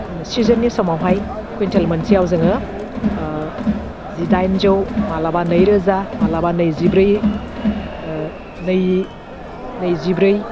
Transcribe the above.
सिजेननि समावहाय कुइनटोल मोनसेआव जोङो ओह जिदाइनजौ मालाबा नैरोजा मालाबा नैजिब्रै ओह नै नैजिब्रै